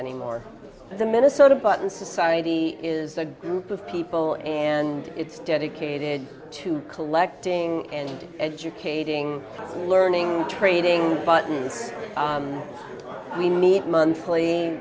anymore but the minnesota button society is a group of people and it's dedicated to collecting and educating and learning trading buttons we meet monthly